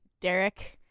Derek